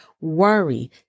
worry